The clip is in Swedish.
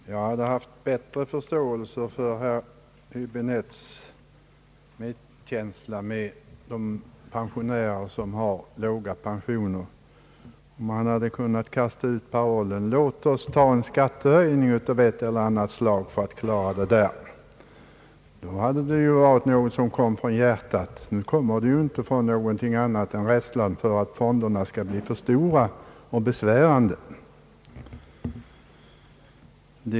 Herr talman! Jag hade haft bättre förståelse för herr Häbinettes medkänsla med de pensionärer som har låga pensioner, om han hade kunnat komma med parollen: Låt oss ta en skattehöjning av ett eller annat slag för att finansiera reformen. Det hade varit något som kom från hjärtat; det som kommer fram nu är inte något annat än rädsla för att fonderna skall bli för stora och besvärande.